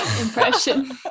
impression